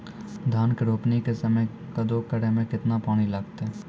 धान के रोपणी के समय कदौ करै मे केतना पानी लागतै?